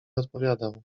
odpowiadał